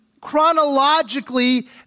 chronologically